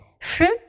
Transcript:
Fruit